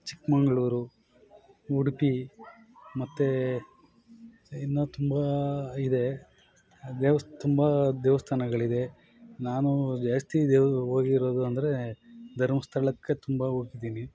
ಚಿಕ್ಕಮಗಳೂರು ಉಡುಪಿ ಮತ್ತು ಇನ್ನು ತುಂಬ ಇದೆ ಆ ದೇವ್ಸ ತುಂಬ ದೇವಸ್ಥಾನಗಳಿದೆ ನಾನು ಜಾಸ್ತಿ ದೇವ ಹೋಗಿರೋದು ಅಂದರೆ ಧರ್ಮಸ್ಥಳಕ್ಕೆ ತುಂಬ ಹೋಗಿದ್ದೀನಿ